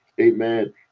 amen